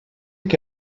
que